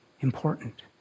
important